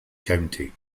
county